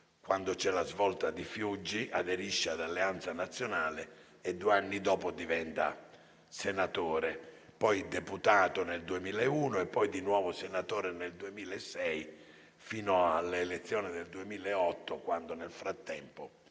quando c'è la svolta di Fiuggi, aderisce ad Alleanza Nazionale e, due anni dopo, diventa senatore; poi deputato nel 2001 e di nuovo senatore nel 2006 e nel 2008, quando nel frattempo